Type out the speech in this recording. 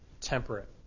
temperate